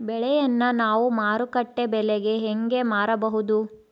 ಬೆಳೆಯನ್ನ ನಾವು ಮಾರುಕಟ್ಟೆ ಬೆಲೆಗೆ ಹೆಂಗೆ ಮಾರಬಹುದು?